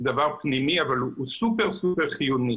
זה דבר פנימי, אבל הוא סופר סופר חיוני.